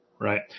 right